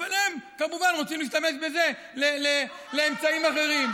אבל הם כמובן רוצים להשתמש בזה לאמצעים אחרים.